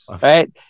Right